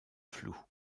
floues